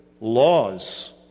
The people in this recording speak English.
laws